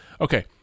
Okay